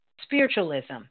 Spiritualism